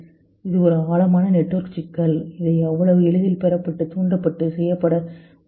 இது ஒரு ஆழமான நெட்வொர்க் சிக்கல் இது அவ்வளவு எளிதில் பெறப்படாது தூண்டப்படாது அல்லது செய்யப்படாது